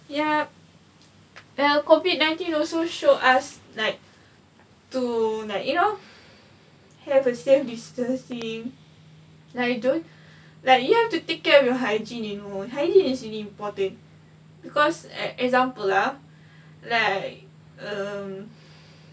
yup well COVID nineteen also show us like to like you know have a safe distancing like don't like you have to take care of your hygiene you know hygiene is really important because ex~ example lah like um